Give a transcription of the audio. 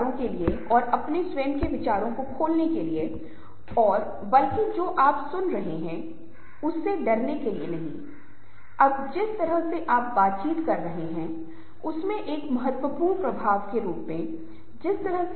इसलिए वे सामंजस्य और सहानुभूति रखते हैं इस तरह के लोगों में दूसरों के लिए बहुत अधिक सहानुभूति होती है सहानुभूति और हमदर्दी के बीच अंतर होता है